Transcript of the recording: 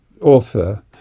author